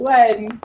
one